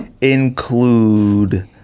include